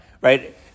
right